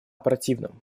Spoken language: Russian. противном